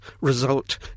result